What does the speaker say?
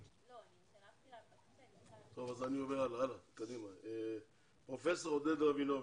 קודם כל בוקר טוב לכולם, שמי עודד רבינוביץ',